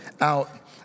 out